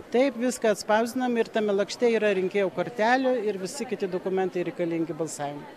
taip viską atspausdinam ir tame lakšte yra rinkėjo kortelių ir visi kiti dokumentai reikalingi balsavimui